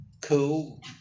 cool